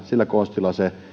sillä konstilla se